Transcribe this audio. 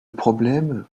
problème